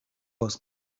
was